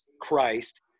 Christ